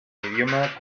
idioma